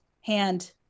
hand